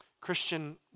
Christian